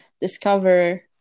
discover